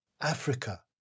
Africa